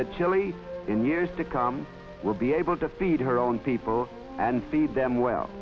that chile in years to come will be able to feed her own people and feed them well